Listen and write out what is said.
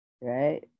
Right